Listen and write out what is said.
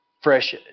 fresh